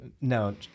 No